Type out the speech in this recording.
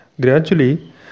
Gradually